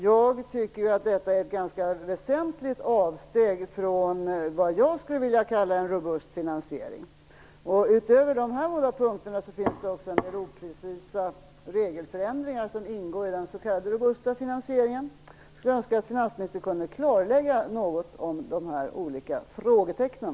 Jag tycker att detta är ett ganska väsentligt avsteg från vad jag skulle vilja kalla en robust finansiering. Utöver de här båda punkterna finns det också en del oprecisa regelförändringar som ingår i den s.k. robusta finansieringen. Jag skulle önska att finansministern något kunde klarlägga dessa olika frågetecken.